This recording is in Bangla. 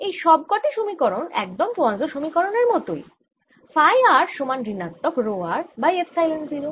এই সব কটি সমীকরণ একদম পোয়াসোঁ সমীকরণের মত ফাই r সমান ঋণাত্মক রো r বাই এপসাইলন 0